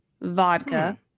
vodka